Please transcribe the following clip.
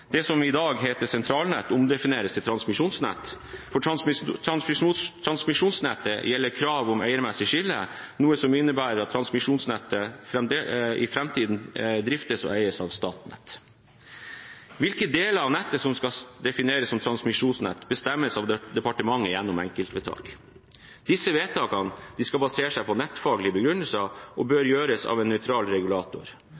Det som i dag heter sentralnett, omdefineres til transmisjonsnett. For transmisjonsnettet gjelder krav om eiermessig skille, noe som innebærer at transmisjonsnettet i framtiden driftes og eies av Statnett. Hvilke deler av nettet som skal defineres som transmisjonsnett, bestemmes av departementet gjennom enkeltvedtak. Disse vedtakene skal basere seg på nettfaglige begrunnelser og